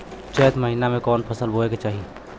चैत महीना में कवन फशल बोए के चाही?